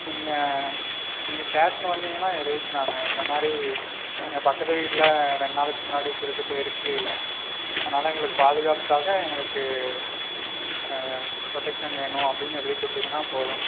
நீங்கள் நீங்கள் ஸ்டேஷன் வந்திங்கன்னா எழுதிக்கலாம்ங்க இந்த மாதிரி எங்கள் பக்கத்து வீட்டில் ரெண்டு நாளைக்கு முன்னாடி திருட்டு போயிருக்கு அதனால் எங்களுக்கு பாதுகாப்புக்காக எங்களுக்கு ப்ரொடெக்ஷன் வேணும் அப்படின்னு எழுதி கொடுத்திங்கன்னா போதும்